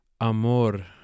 amor